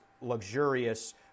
luxurious